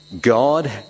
God